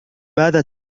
ماذا